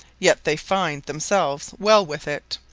yet they finde themselves well with it.